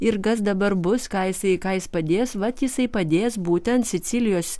ir kas dabar bus ką jisai ką jis padės vat jisai padės būtent sicilijos